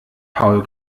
paul